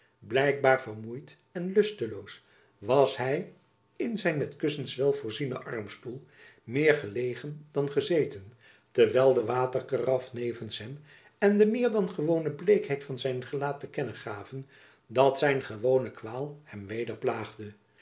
blijkbaar vermoeid en lusteloos was hy in zijn met kussens wel voorzienen armstoel meer gelegen dan gezeten terwijl de waterkaraf nevens hem en de meer dan gewone bleekheid van zijn gelaat te kennen gaven dat zijn gewone kwaal hem weder plaagde